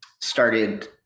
started